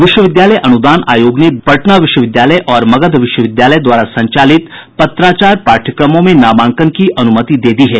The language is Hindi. विश्वविद्यालय अनुदान आयोग के दूर शिक्षा निदेशालय ने पटना विश्वविद्यालय और मगध विश्वविद्यालय द्वारा संचालित पत्राचार पाठ्यक्रमों में नामांकन की अनुमति दे दी है